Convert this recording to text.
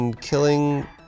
killing